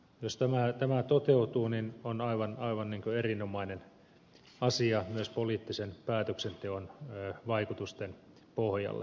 jos tämä toteutuu niin se on aivan erinomainen asia myös poliittisen päätöksenteon vaikutusten arvioinnin pohjalle